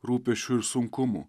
rūpesčių ir sunkumų